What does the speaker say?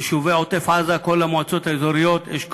יישובי עוטף-עזה, כל המועצות האזוריות, אשכול,